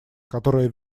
которая